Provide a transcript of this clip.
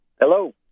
Hello